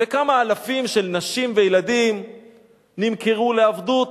וכמה אלפים של נשים וילדים נמכרו לעבדות,